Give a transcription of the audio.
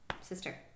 sister